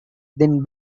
then